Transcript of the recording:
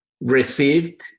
received